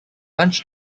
lunch